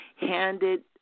handed